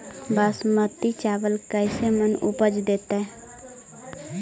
बासमती चावल कैसे मन उपज देतै?